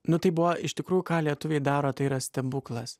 nu tai buvo iš tikrųjų ką lietuviai daro tai yra stebuklas